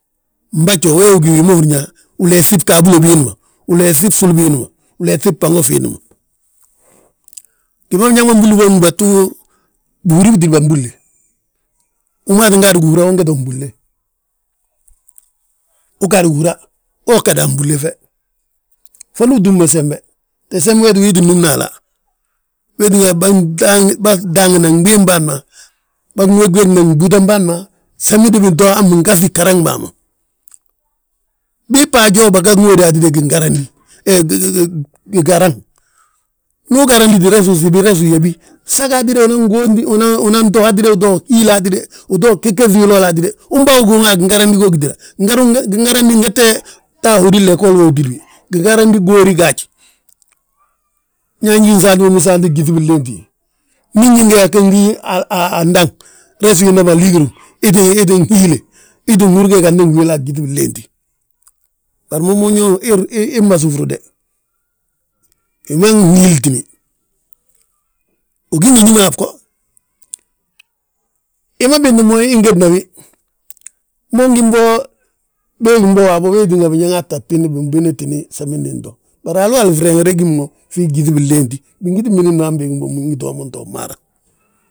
Mbajo we gí yaa uleefti bgaabilo biindi ma, uleefti bsuli biindi ma, uleefti fbango fiindi ma. Gi ma biñaŋ mbuli bommu gdúbatu, bihúri bitidi bà mbúlle. Hú maa tti gaadi gihúra unge to mbúlle, uu ggade gihúra, wo gade a fnbúlle fe. Fondi utúm mo sembe, te sembi we du wii ttin númna hala. Wee tínga bâdaangina gbii bâan ma, bânwegwegna gbúutan bâan ma, samindi bito han bingaŧi garaŋn bàa ma. Bii bba joo baga ŋóodi hatide gingaraŋdi, he he garaŋ. Ndu ugaraŋdite, resi usibi resu uyabi, sag hatíde unan to hat utoo hiile hatide, uto gagaŧi wiloolo hatide umba guuŋa a gingaraŋdi go gitída. Gingaraŋdi ngette ta a hódin leggol wo utíndi wi, gingaraŋdi goori gaaj. Nyaa ñí hi nsaanti bo saanti gyíŧi binléenti, ndu nñin ge yaa ngi andaŋ resi wiinda ma lígiru ii ttin hihiile, ii ttin húri ge ganti ngi wi a gyíŧi binléeti. Bari mo ño ii mmasi frude, wi ma nhiilitini, ugí ngi ñí ma a bgo. Hi ma bintin mo ingédi ma wi, mo ngim bo béegim bo waabo wee tínga biñaŋ tta bin binbinitini samindi nto. Bari haloola freŋinde gí mo fii gyíŧi binléenti, bingitin binid mo ha bégim bommu, ingi too mo nto maara.